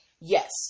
yes